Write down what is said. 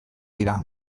dira